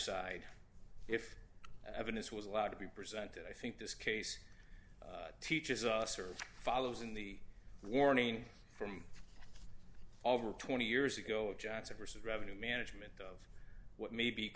side if evidence was allowed to be presented i think this case teaches us or follows in the warning from over twenty years ago of johnson versus revenue management what may be